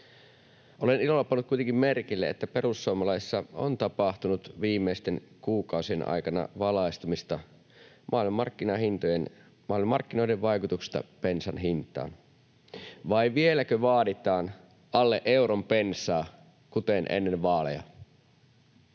Olen ilolla pannut kuitenkin merkille, että perussuomalaisissa on tapahtunut viimeisten kuukausien aikana valaistumista maailmanmarkkinoiden vaikutuksesta bensan hintaan. Vai vieläkö vaaditaan alle euron bensaa kuten ennen vaaleja?